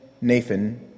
Nathan